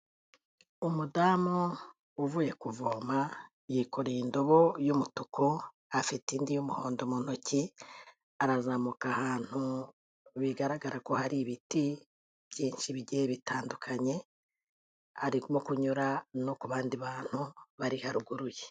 Umudamu uvuye kuvoma yikoreye indobo y'umutuku, afite indi y'umuhondo mu ntoki, arazamuka ahantu bigaragara ko hari ibiti byinshi bigiye bitandukanye, arimo kunyura no ku bandi bantu bari haruguru ye.